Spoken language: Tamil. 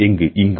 எங்கு இங்கா